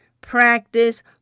practice